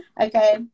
Okay